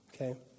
Okay